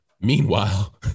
Meanwhile